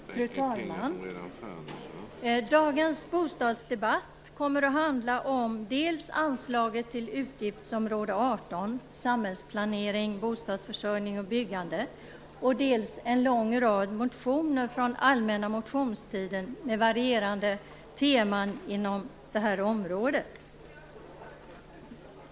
Fru talman! Dagens bostadsdebatt kommer att handla om dels anslaget till utgiftsområde 18 - Samhällsplanering, bostadsförsörjning och byggande - dels en lång rad motioner från allmänna motionstiden med varierande teman inom detta område.